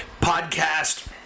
podcast